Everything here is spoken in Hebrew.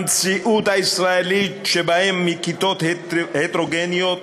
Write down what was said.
במציאות הישראלית שבה יש כיתות הטרוגניות